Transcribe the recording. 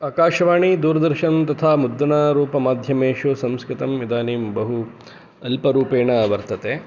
आकाशवाणी दूरदर्शन तथा मुद्रणरूपमाध्यमेषु संस्कृतम् इदानीं बहु अल्परूपेण वर्तते